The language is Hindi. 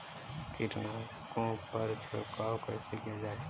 कीटनाशकों पर छिड़काव कैसे किया जाए?